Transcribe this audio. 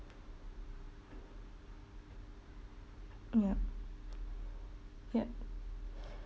yup yup